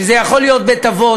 שזה יכול להיות בית-אבות,